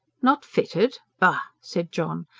not fitted? bah! said john.